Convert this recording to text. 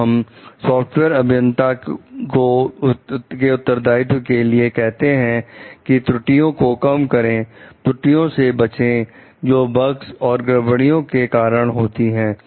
तो हम सॉफ्टवेयर अभियंताओं के उत्तरदायित्व के लिए कहते हैं कि त्रुटियों को कम करें त्रुटियों से बचें जो बगस और गड़बड़ियों के कारण होती हैं